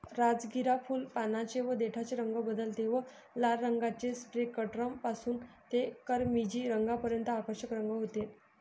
राजगिरा फुल, पानांचे व देठाचे रंग बदलते व लाल रंगाचे स्पेक्ट्रम पासून ते किरमिजी रंगापर्यंत आकर्षक रंग होते